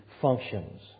functions